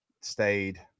stayed